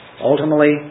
Ultimately